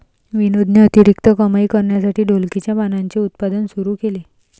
विनोदने अतिरिक्त कमाई करण्यासाठी ढोलकीच्या पानांचे उत्पादन सुरू केले